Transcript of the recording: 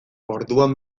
orduan